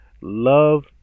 love